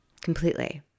completely